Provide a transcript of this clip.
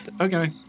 Okay